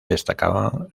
destacaban